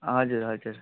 हजुर हजुर